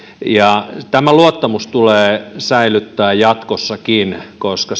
ja tämä luottamus tulee säilyttää jatkossakin koska